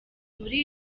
muri